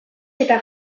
eta